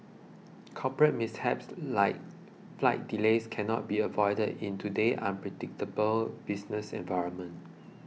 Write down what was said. corporate mishaps like flight delays cannot be avoided in today's unpredictable business environment